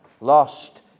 lost